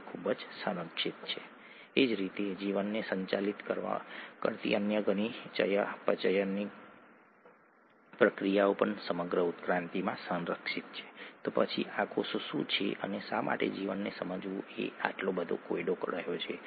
તમારી પાસે ખાંડ જોડાયેલી છે પછી તમારી પાસે એકલા નાઇટ્રોજનસ બેઝ બતાવવામાં આવે છે અને પછી અલબત્ત તમારી પાસે ફોસ્ફેટ જૂથ છે જે બતાવવામાં આવ્યું નથી